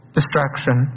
Distraction